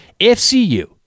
FCU